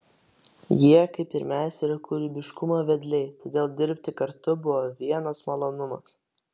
jie kaip ir mes yra kūrybiškumo vedliai todėl dirbti kartu buvo vienas malonumas